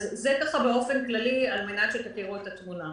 אלה הדברים באופן כללי, על מנת שתכירו את התמונה.